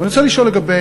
אבל אני רוצה לשאול לגבי,